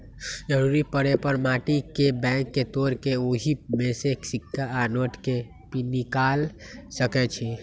जरूरी परे पर माटी के बैंक के तोड़ कऽ ओहि में से सिक्का आ नोट के पनिकाल सकै छी